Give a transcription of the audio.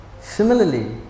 similarly